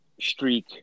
streak